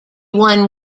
won